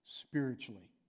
spiritually